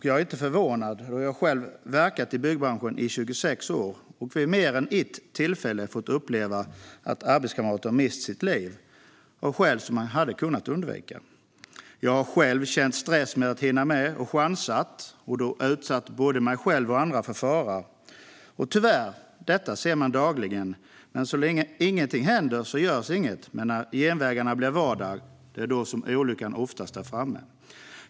Jag är inte förvånad, då jag själv har verkat i byggbranschen i 26 år och vid mer än ett tillfälle fått uppleva att arbetskamrater mist sitt liv av skäl som man hade kunnat undvika. Jag har själv känt stress av att inte hinna med och chansat och då utsatt både mig själv och andra för fara. Tyvärr ser man detta dagligen. Så länge ingenting händer görs inget, men det är när genvägarna blir vardag som olyckan oftast är framme.